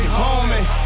homie